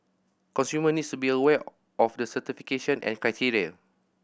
consumer needs to be aware of the certification and criteria